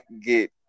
get